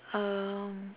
um